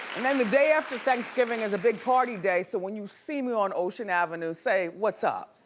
and then the day after thanksgiving is a big party day, so when you see me on ocean avenue, say what's up.